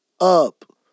up